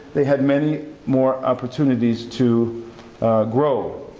they had many more opportunities to grow.